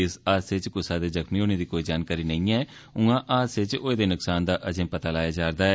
इस हादसे च कुसै दे जख्मी होनें दी कोई जानकारी नेंई ऐ उआं हादसे होये दे नक्सान दा अजें पता लाया जा'रदा ऐ